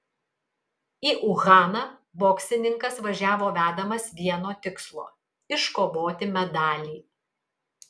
į uhaną boksininkas važiavo vedamas vieno tikslo iškovoti medalį